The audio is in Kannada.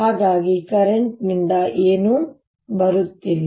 ಹಾಗಾಗಿ ಕರೆಂಟ್ ನಿಂದ ಏನೂ ಬರುತ್ತಿಲ್ಲ